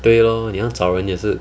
对 lor 你要找人也是